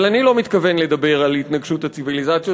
אבל אני לא מתכוון לדבר על התנגשות הציביליזציות,